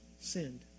sinned